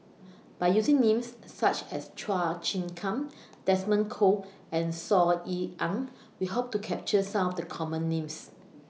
By using Names such as Chua Chim Kang Desmond Kon and Saw Ean Ang We Hope to capture Some of The Common Names